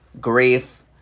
grief